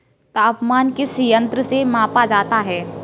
तापमान किस यंत्र से मापा जाता है?